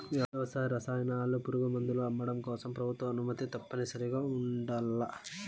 వ్యవసాయ రసాయనాలు, పురుగుమందులు అమ్మడం కోసం ప్రభుత్వ అనుమతి తప్పనిసరిగా ఉండల్ల